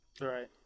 Right